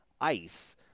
ice